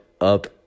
up